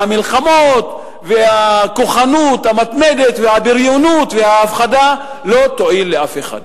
והמלחמות והכוחנות המתמדת והבריונות וההפחדה לא יועילו לאף אחד.